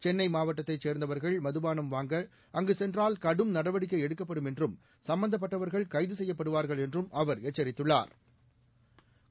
சென்னை மாவட்டத்தை சேர்ந்தவர்கள் மதுபானம் வாங்க அங்கு சென்றால் கடும் நடவடிக்கை எடுக்கப்படும் என்றும் சம்பந்தப்பட்டவா்கள் கைது செய்யப்படுவாா்கள் என்றும் அவா் எச்சரித்துள்ளாா்